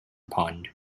pond